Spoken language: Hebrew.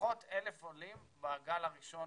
לפחות 1,000 עולים בגל הראשון